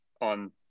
on